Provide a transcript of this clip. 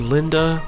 Linda